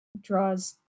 draws